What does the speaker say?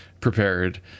prepared